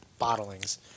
bottlings